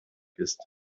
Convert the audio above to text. ist